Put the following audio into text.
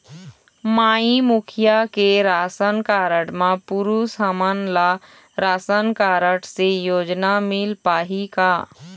माई मुखिया के ration card म पुरुष हमन ला राशन कारड से योजना मिल पाही का?